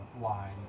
line